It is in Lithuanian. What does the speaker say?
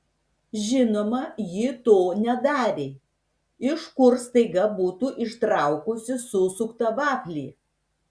žinoma ji to nedarė iš kur staiga būtų ištraukusi susuktą vaflį